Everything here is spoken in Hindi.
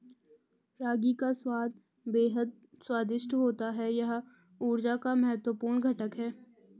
रागी का स्वाद बेहद स्वादिष्ट होता है यह ऊर्जा का महत्वपूर्ण घटक है